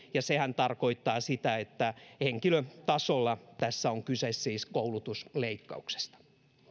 ja sehän tarkoittaa sitä että henkilötasolla tässä on siis kyse koulutusleikkauksesta